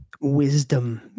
Wisdom